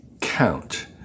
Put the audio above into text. count